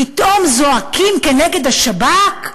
פתאום זועקים כנגד השב"כ?